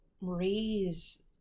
raise